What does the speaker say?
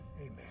Amen